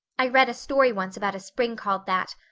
i read a story once about a spring called that.